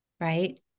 right